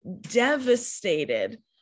devastated